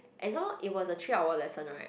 and some more it was a three hour lesson right